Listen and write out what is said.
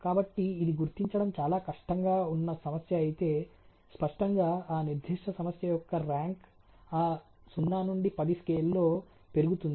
కాబట్టి ఇది గుర్తించడం చాలా కష్టంగా ఉన్న సమస్య అయితే స్పష్టంగా ఆ నిర్దిష్ట సమస్య యొక్క ర్యాంక్ ఆ 0 నుండి 10 స్కేల్లో పెరుగుతుంది